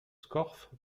scorff